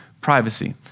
privacy